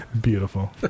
Beautiful